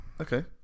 Okay